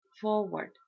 forward